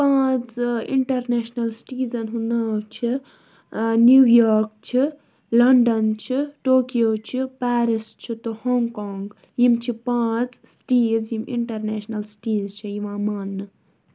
پانٛژھ international cities ہُنٛد ناو چھُ نِیویاک چھِ لَنڈَن چھِ ٹوکیو چھُ پٮ۪رِس چھُ تہٕ ہانٛگ کانگ یِم چھِ پانٛژھ سِٹیٖز یِم اِنٹَرنٮ۪شنَل سِٹیٖز چھِ یِوان ماننہٕ